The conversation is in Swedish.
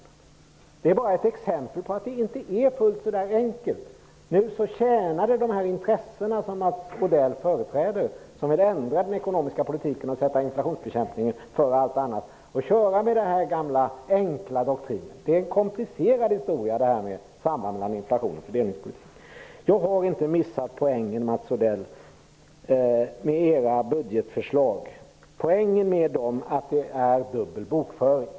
Detta är bara ett exempel på att det inte är fullt så enkelt. Det tjänar de intressen som Mats Odell företräder, som vill ändra den ekonomiska politiken och sätta inflationsbekämpningen före allt annat, att använda sig av den gamla enkla doktrinen. Men detta är en komplicerad historia, detta med sambandet mellan inflation och fördelningspolitik. Jag har inte missat poängen, Mats Odell, med era budgetförslag. Poängen med dem är att de innebär dubbel bokföring.